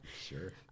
Sure